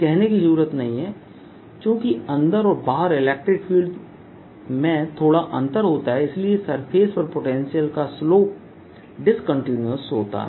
कहने की जरूरत नहीं है चूंकि अंदर और बाहर इलेक्ट्रिक फील्ड थोड़ा अंतर होता है इसलिए सरफेस पर पोटेंशियल का स्लोप डिस्कंटीन्यूअस होता है